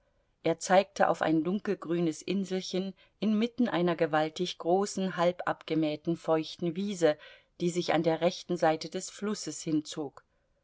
er zeigte auf ein dunkelgrünes inselchen inmitten einer gewaltig großen halb abgemähten feuchten wiese die sich an der rechten seite des flusses hinzog